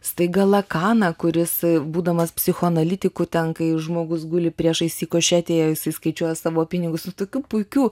staigą lakaną kuris būdamas psichoanalitiku ten kai žmogus guli priešais jį kušetėje jisai skaičiuoja savo pinigus tu tokių puikių